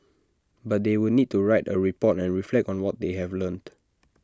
but they would need to write A report and reflect on what they have learnt